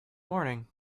morning